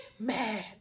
Man